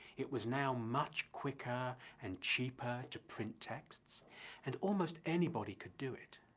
it was now much quicker and cheaper to print texts and almost anybody could do it.